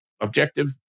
objective